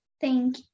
thank